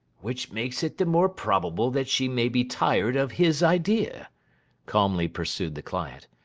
which makes it the more probable that she may be tired of his idea calmly pursued the client,